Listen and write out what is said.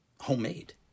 homemade